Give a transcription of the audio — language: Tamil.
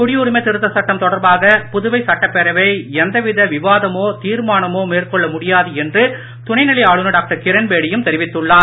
குடியுரிமை திருத்த சட்டம் தொடர்பாக புதுவை சட்டப்பேரவை எந்தவித விவாதமோ தீர்மானமோ மேற்கொள்ள முடியாது என்று துணை நிலை ஆளுநர் டாக்டர் கிரண்பேடியும் தெரிவித்துள்ளார்